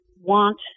want